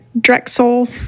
Drexel